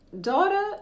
daughter